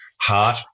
heart